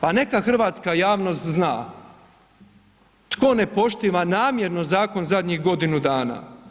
Pa neka hrvatska javnost zna tko ne poštiva namjerno zakon zadnjih godinu dana.